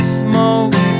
smoke